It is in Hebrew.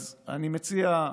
אני מציע,